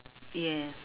yes